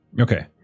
Okay